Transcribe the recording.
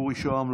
אורי שהם,